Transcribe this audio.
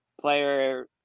player